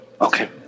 Okay